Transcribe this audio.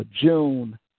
June